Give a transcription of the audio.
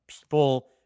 people